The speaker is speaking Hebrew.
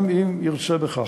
גם אם ירצה בכך.